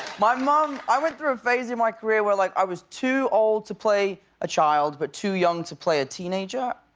my mom, i went through a phase in my career where like i was too old to play a child, but too young to play a teenager.